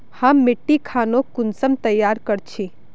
हम मिट्टी खानोक कुंसम तैयार कर छी?